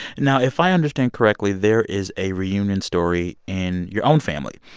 now, if i understand correctly, there is a reunion story in your own family.